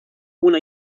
una